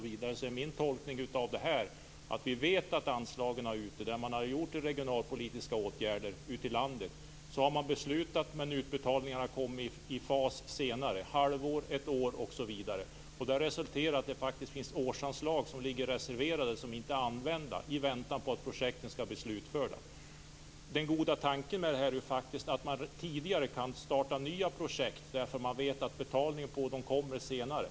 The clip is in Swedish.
Vi vet att när man har fattat beslut om regionalpolitiska åtgärder ute i landet så har utbetalningen kommit i en senare fas, kanske efter ett halvår eller ett år. Det har resulterat i att det faktiskt finns årsanslag som ligger reserverade men som inte är använda i väntan på att projekten skall slutföras. Den goda tanken med detta är att man tidigare kan starta nya projekt, därför att man vet att betalningen för dem kommer senare.